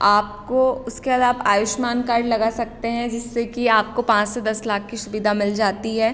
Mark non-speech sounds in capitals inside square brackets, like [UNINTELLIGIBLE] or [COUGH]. आपको उसके [UNINTELLIGIBLE] आप आयुष्मान कार्ड लगा सकते हैं जिससे कि आपको पाँच से दस लाख की सुविधा मिल जाती है